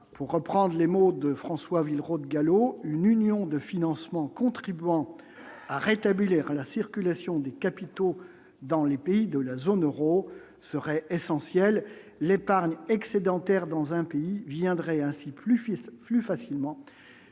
pour reprendre les mots de François Villeroy de Galhau, une union de financement contribuant à rétablir la circulation des capitaux dans les pays de la zone Euro serait essentiel l'épargne excédentaire dans un pays viendrait ainsi plus fils